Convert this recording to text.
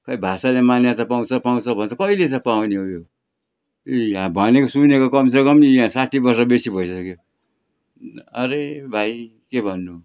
खोइ भाषाले मान्यता पाउँछ पाउँछ भन्छ कहिले चाहिँ पाउने हो यो यी यहाँ भनेको सुनेको कम से कम यी यहाँ साठी वर्ष बेसी भइसक्यो अरे भाइ के भन्नु